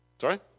Sorry